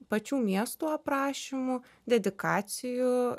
pačių miestų aprašymų dedikacijų